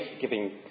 Giving